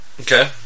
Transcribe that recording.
Okay